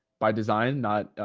by design, not